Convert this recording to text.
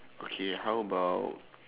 okay how about